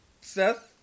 Seth